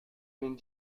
vingt